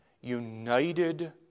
united